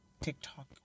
TikTok